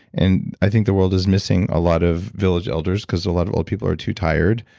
and i think the world is missing a lot of village elders because a lot of old people are too tired,